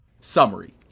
summary